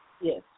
Yes